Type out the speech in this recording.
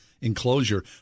enclosure